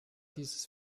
dieses